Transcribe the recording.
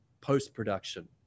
post-production